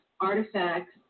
artifacts